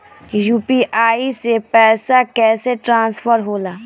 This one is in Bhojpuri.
यू.पी.आई से पैसा कैसे ट्रांसफर होला?